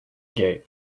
gate